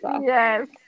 Yes